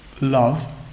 love